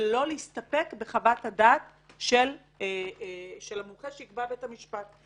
אני לא מסתפקת בחוות הדעת של המומחה שיקבע בית המשפט.